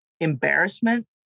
embarrassment